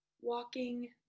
Walking